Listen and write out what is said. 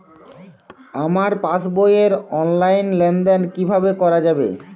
আমার পাসবই র অনলাইন লেনদেন কিভাবে করা যাবে?